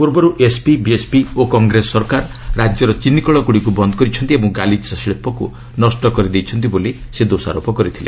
ପୂର୍ବରୁ SP BSP ଓ Congress ସରକାର ରାଜ୍ୟର ଚିନିକଳଗୁଡ଼ିକୁ ବନ୍ଦ୍ କରିଛନ୍ତି ଓ ଗାଲିଚା ଶିଳ୍ପକୁ ନଷ୍ଟ କରିଦେଇଛନ୍ତି ବୋଲି ସେ ଦୋଷାରୋପ କରିଥିଲେ